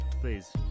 please